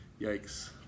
Yikes